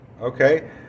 Okay